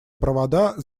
провода